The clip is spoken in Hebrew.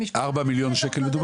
כן.